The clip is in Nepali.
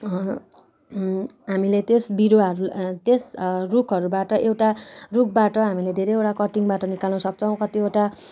हामीले त्यस बिरुवाहरू त्यस रुखहरूबाट एउटा रुखबाट हामीले धेरैवटा कटिङबाट निकाल्नु सक्छौँ कतिवटा